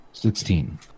Sixteen